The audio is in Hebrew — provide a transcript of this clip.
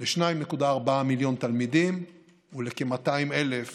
ל-2.4 מיליון תלמידים ולכ-200,000